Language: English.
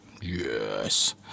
Yes